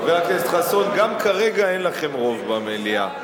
חבר הכנסת חסון, גם כרגע אין לכם רוב במליאה.